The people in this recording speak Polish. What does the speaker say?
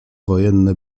wojenny